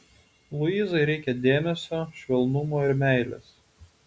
luizai reikia dėmesio švelnumo ir meilės